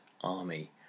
army